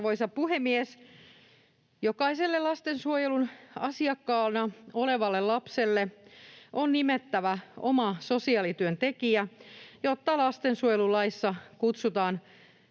Arvoisa puhemies! Jokaiselle lastensuojelun asiakkaana olevalle lapselle on nimettävä oma sosiaalityöntekijä, jota lastensuojelulaissa kutsutaan